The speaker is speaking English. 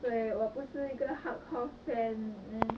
对我不是一个 hardcore fan then